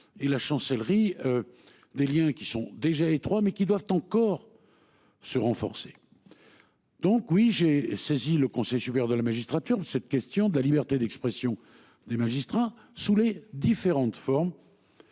et la chancellerie. Des Liens qui sont déjà étroit mais qui doivent encore. Se renforcer. Donc oui, j'ai saisi le Conseil supérieur de la magistrature de cette question de la liberté d'expression des magistrats sous les différentes formes.